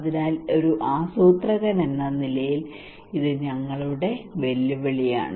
അതിനാൽ ഒരു ആസൂത്രകൻ എന്ന നിലയിൽ ഇത് ഞങ്ങളുടെ വെല്ലുവിളിയാണ്